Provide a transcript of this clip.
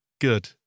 Good